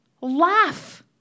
laugh